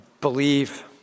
Believe